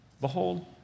behold